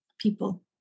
people